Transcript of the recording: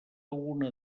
una